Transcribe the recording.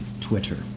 Twitter